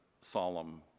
solemn